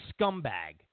scumbag